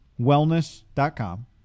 wellness.com